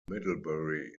middlebury